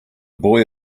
boy